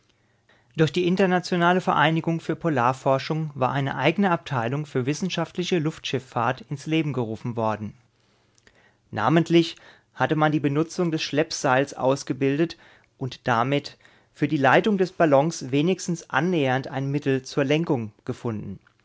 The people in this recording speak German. durch die internationale vereinigung für polarforschung war eine eigene abteilung für wissenschaftliche luftschiffahrt ins leben gerufen worden namentlich hatte man die benutzung des schleppseils ausgebildet und damit für die leitung des ballons wenigstens annähernd ein mittel zur lenkung gefunden